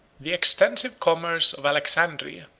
the extensive commerce of alexandria,